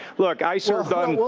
look, i served on. well.